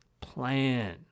Plan